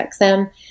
XM